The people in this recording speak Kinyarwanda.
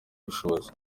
ubushobozi